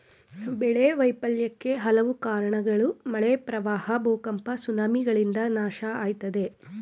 ಬೆಳೆ ವೈಫಲ್ಯಕ್ಕೆ ಹಲವು ಕಾರ್ಣಗಳು ಮಳೆ ಪ್ರವಾಹ ಭೂಕಂಪ ಸುನಾಮಿಗಳಿಂದ ನಾಶ ಆಯ್ತದೆ